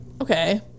okay